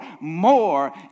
more